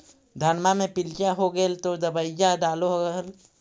धनमा मे पीलिया हो गेल तो दबैया डालो हल?